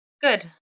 Good